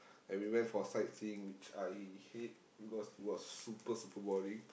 and we went for sightseeing which I hate because it was super super boring